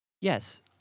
Yes